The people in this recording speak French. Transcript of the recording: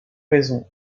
raison